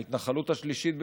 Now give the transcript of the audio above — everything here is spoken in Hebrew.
ההתנחלות השלישית בגודלה,